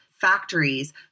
factories